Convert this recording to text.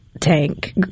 tank